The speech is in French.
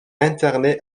interné